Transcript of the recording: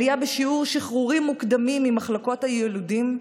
עלייה בשיעור שחרורים מוקדמים ממחלקות היילודים,